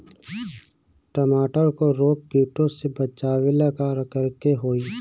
टमाटर को रोग कीटो से बचावेला का करेके होई?